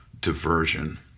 diversion